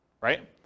right